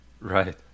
right